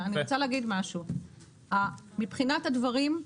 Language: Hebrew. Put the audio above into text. מבחינת הדברים,